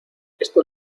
esto